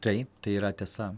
taip tai yra tiesa